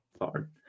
hard